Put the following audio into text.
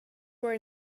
were